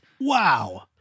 Wow